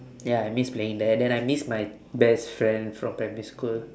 ya I miss playing that then I miss my best friend from primary school